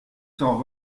cent